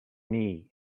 knee